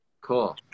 cool